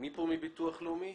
מי פה מביטוח לאומי?